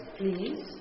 please